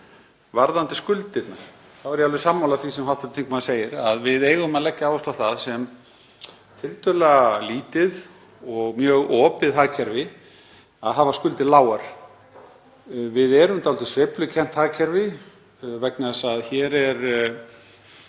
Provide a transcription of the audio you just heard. Varðandi skuldirnar þá er ég alveg sammála því sem hv. þingmaður segir að við eigum að leggja áherslu á það sem tiltölulega lítið og mjög opið hagkerfi að hafa skuldir lágar. Við erum dálítið sveiflukennt hagkerfi vegna þess að hér erum